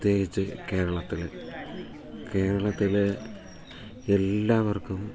പ്രത്യേകിച്ചു കേരളത്തിൽ കേരളത്തിൽ എല്ലാവർക്കും